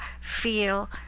feel